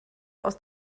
aus